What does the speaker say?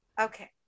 Okay